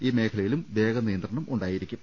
ഈ മേഖലയിലും വേഗനിയന്ത്രണം ഉണ്ടാ യിരിക്കും